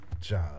job